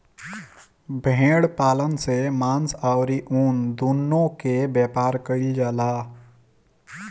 भेड़ पालन से मांस अउरी ऊन दूनो के व्यापार कईल जाला